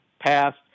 passed